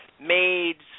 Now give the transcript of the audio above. maids